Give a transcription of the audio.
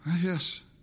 Yes